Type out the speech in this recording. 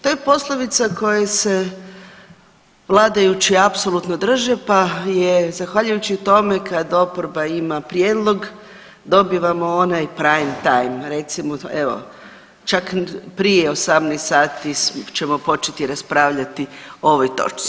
To je poslovica koja se vladajući apsolutno drže pa je zahvaljujući tome kad oporba ima prijedlog, dobivamo onaj prime time, recimo, evo, čak prije 18 sati ćemo početi raspravljati o ovoj točci.